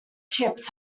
chips